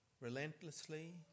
relentlessly